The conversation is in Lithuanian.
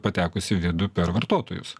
patekus į vidų per vartotojus